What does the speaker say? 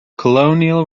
colonial